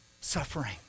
suffering